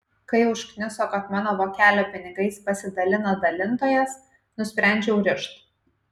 kai užkniso kad mano vokelio pinigais pasidalina dalintojas nusprendžiau rišt